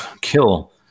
kill